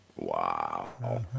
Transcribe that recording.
wow